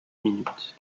minutes